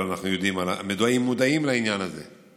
אבל אנחנו מודעים לעניין הזה.